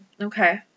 Okay